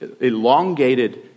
elongated